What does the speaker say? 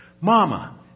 Mama